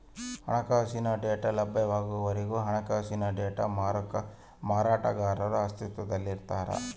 ಹಣಕಾಸಿನ ಡೇಟಾ ಲಭ್ಯವಾಗುವವರೆಗೆ ಹಣಕಾಸಿನ ಡೇಟಾ ಮಾರಾಟಗಾರರು ಅಸ್ತಿತ್ವದಲ್ಲಿರ್ತಾರ